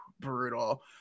brutal